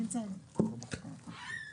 סעיף 77